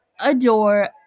adore